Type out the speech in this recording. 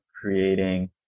creating